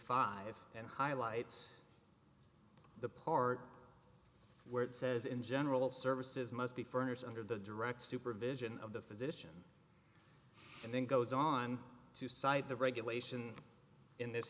five and highlights the part where it says in general services must be ferners under the direct supervision of the physician and then goes on to cite the regulation in this